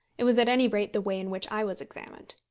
it was at any rate the way in which i was examined.